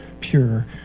pure